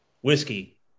Whiskey